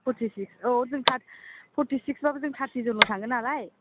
forty-six औ जों फर्टिसिक्सबाबो जों थार्टिजनल' थांगोन नालाय